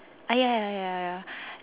ah ya ya ya ya